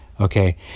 okay